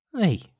Hey